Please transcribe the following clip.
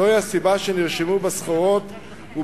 זוהי הסיבה לכך שנרשמו עליות חדות